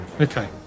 okay